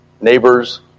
neighbors